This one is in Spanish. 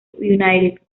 united